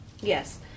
Yes